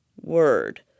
word